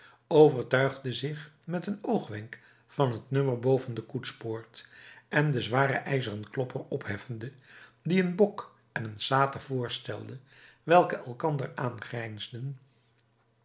overtuigde zich met een oogwenk van het nummer boven de koetspoort en den zwaren ijzeren klopper opheffende die een bok en een sater voorstelde welke elkander